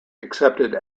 accepted